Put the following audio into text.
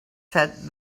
said